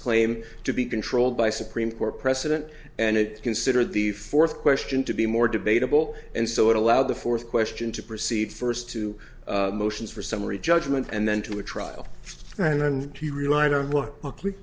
claim to be controlled by supreme court precedent and it considered the fourth question to be more debatable and so it allowed the fourth question to proceed first to motions for summary judgment and then to a trial and then he relied on what